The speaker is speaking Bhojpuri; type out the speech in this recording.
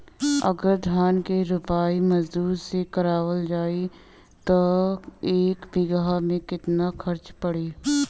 अगर धान क रोपाई मजदूर से करावल जाई त एक बिघा में कितना खर्च पड़ी?